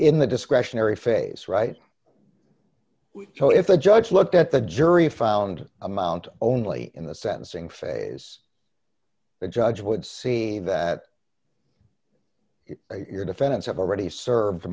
in the discretionary phase right so if the judge looked at the jury found amount only in the sentencing phase the judge would see that your defendants have already served mor